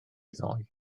ddoe